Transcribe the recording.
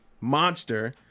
monster